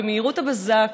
במהירות הבזק,